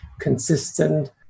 consistent